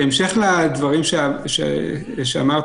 בהמשך לדברים שאמרת,